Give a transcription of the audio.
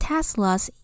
Tesla's